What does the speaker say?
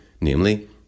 namely